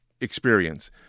experience